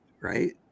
right